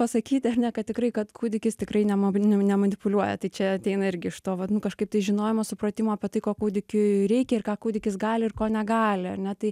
pasakyti ar ne kad tikrai kad kūdikis tikrai nemobi nemanipuliuoja tai čia ateina irgi iš to vat nu kažkaip tai žinojimo supratimo apie tai ko kūdikiui reikia ir ką kūdikis gali ir ko negali ar ne tai